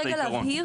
התשתית.